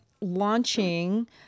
launching